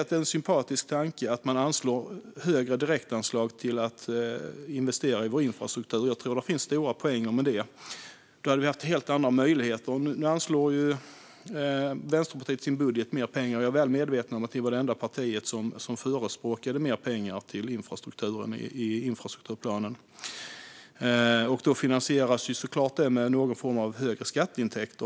Det är en sympatisk tanke att anslå högre direktanslag till investeringar i infrastruktur. Jag tror att det finns stora poänger med det. Då hade vi haft helt andra möjligheter. Jag är väl medveten om att Vänsterpartiet var det enda partiet som förespråkade mer pengar till infrastruktur i infrastrukturplanen, vilket såklart skulle finansieras genom högre skatteintäkter.